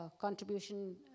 contribution